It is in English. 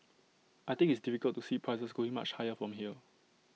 I think it's difficult to see prices going much higher from here